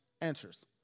answers